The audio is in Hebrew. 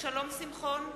שלום שמחון,